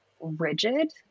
rigid